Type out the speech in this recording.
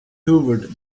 hoovered